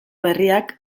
berriak